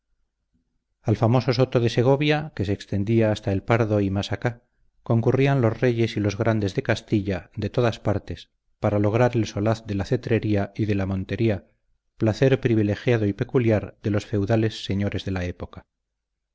al famoso soto de segovia que se extendía hasta el pardo y más acá concurrían los reyes y los grandes de castilla de todas partes para lograr el solaz de la cetrería y de la montería placer privilegiado y peculiar de los feudales señores de la época